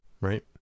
right